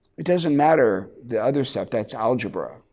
it doesn't matter, the other stuff, that's algebra.